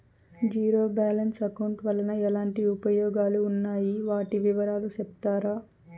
Zero balance account వలన ఎట్లాంటి ఉపయోగాలు ఉన్నాయి? వాటి వివరాలు సెప్తారా?